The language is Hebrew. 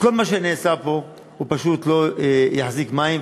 כל מה שנעשה פה פשוט לא יחזיק מים.